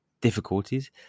difficulties